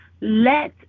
Let